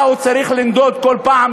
הוא צריך לנדוד כל פעם,